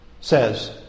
says